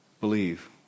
Believe